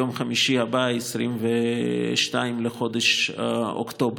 ביום חמישי הבא, 22 בחודש אוקטובר.